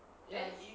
ya